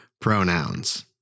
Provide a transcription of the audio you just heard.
pronouns